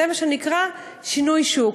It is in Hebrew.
זה מה שנקרא "שינוי שוק".